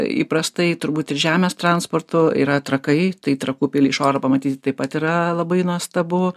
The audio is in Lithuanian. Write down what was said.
įprastai turbūt ir žemės transportu yra trakai tai trakų pilį iš oro pamatyti taip pat yra labai nuostabu